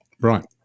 Right